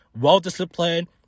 well-disciplined